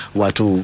watu